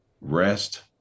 rest